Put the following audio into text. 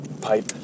pipe